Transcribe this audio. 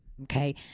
okay